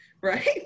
right